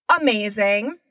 amazing